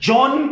John